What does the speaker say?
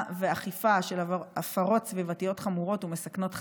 ואכיפה של הפרות סביבתיות חמורות ומסכנות חיים,